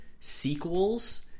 sequels